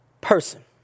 person